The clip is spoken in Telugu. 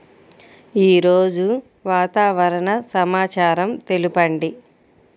ఈరోజు వాతావరణ సమాచారం తెలుపండి